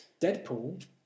Deadpool